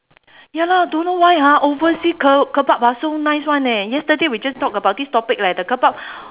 ya lah don't know why ah oversea ke~ kebab so nice [one] eh yesterday we just talk about this topic leh the kebab